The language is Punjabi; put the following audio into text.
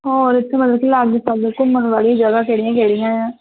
ਔਰ ਇਥੇ ਮਤਲਬ ਘੁੰਮਣ ਵਾਲੀ ਜਗ੍ਹਾ ਕਿਹੜੀਆਂ ਕਿਹੜੀਆਂ ਆ